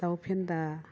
दाउ फेन्दा